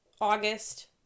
August